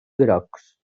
grocs